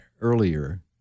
earlier